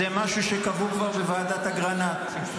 זה משהו שקבעו כבר בוועדת אגרנט.